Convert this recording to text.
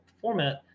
format